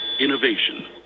Innovation